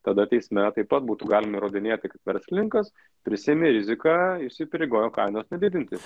tada teisme taip pat būtų galima įrodinėti kad verslininkas prisiėmė riziką įsipareigojo kainos nedidinti